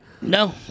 No